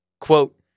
Quote